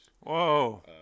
whoa